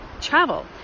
travel